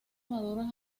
maduros